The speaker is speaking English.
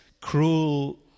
cruel